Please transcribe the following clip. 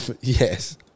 Yes